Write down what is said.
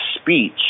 speech